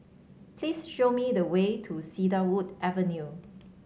please show me the way to Cedarwood Avenue